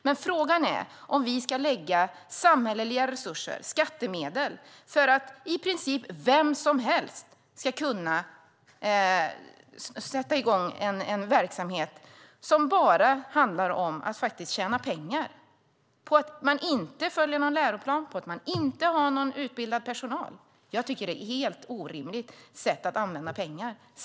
Men frågan är om vi ska lägga samhälleliga resurser, skattemedel, för att i princip vem som helst ska kunna sätta i gång en verksamhet som bara handlar om att tjäna pengar på att man inte följer någon läroplan och inte har någon utbildad personal. Jag tycker att det är ett helt orimligt sätt att använda pengar.